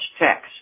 text